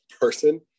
person